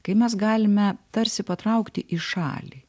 kai mes galime tarsi patraukti į šalį